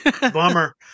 bummer